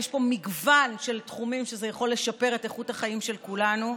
יש פה מגוון של תחומים שבהם זה יכול לשפר את איכות החיים של כולנו,